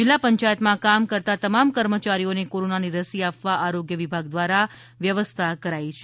જિલ્લા પંચાયતમાં કામ કરતા તમામ કર્મચારીઓને કોરોનાની રસી આપવા આરોગ્ય વિભાગ દ્વારા વ્યવસ્થા કરાઈ છે